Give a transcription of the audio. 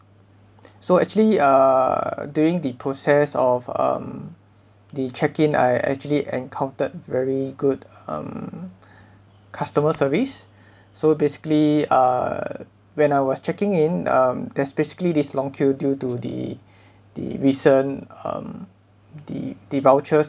so actually uh during the process of um the checking I actually encountered very good um customer service so basically uh when I was checking in um that's basically this long queue due to the the recent um the the vouchers